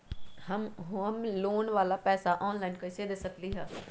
हम लोन वाला पैसा ऑनलाइन कईसे दे सकेलि ह?